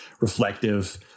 reflective